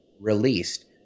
released